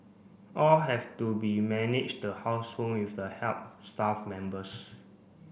all have to be manage the household with the help staff members